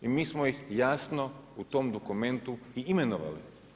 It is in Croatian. I mi smo ih jasno u tom dokumentu i imenovali.